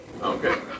Okay